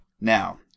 now